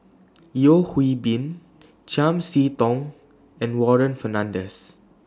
Yeo Hwee Bin Chiam See Tong and Warren Fernandez